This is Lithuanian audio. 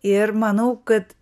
ir manau kad